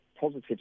positive